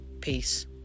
Peace